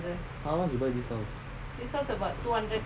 how much you buy this house